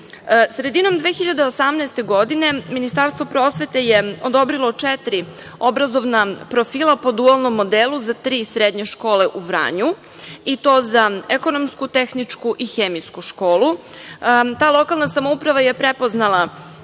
2018. godine Ministarstvo prosvete je odobrilo četiri obrazovna profila po dualnom modelu za tri srednje škole u Vranju. I to za ekonomsku, tehničku i hemijsku školu. Ta lokalna samouprava je prepoznala